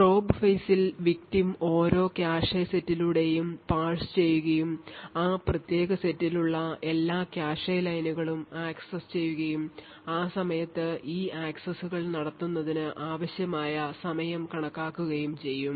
probe phase ൽ victim ഓരോ cache സെറ്റിലൂടെയും പാഴ്സുചെയ്യുകയും ആ പ്രത്യേക സെറ്റിലുള്ള എല്ലാ കാഷെ ലൈനുകളും ആക്സസ് ചെയ്യുകയും ആ സമയത്ത് ഈ ആക്സസ്സുകൾ നടത്തുന്നതിന് ആവശ്യമായ സമയം കണക്കാക്കുകയും ചെയ്യും